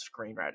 screenwriting